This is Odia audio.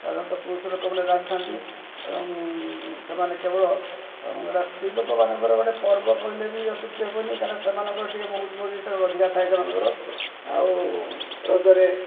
ସାଧାରଣତଃ ପୁରୁଷ ଲୋକମାନେ ରାନ୍ଧିଥାନ୍ତି ଏବଂ ସେମାନେ କେବଳ ଗୋଟା ସ୍ତ୍ରୀ ଲୋକମାନଙ୍କର ଗୋଟେ ପର୍ବ କହିଲେ ବି ଅତ୍ୟୁକ୍ତି ହେବନି କାରଣ ସେମାନଙ୍କର ଟିକେ ମଉଜ ମଜଲିସ୍ ତାଙ୍କର ଅଧିକା ଥାଏ ସେମାନଙ୍କର ଆଉ ରଜରେ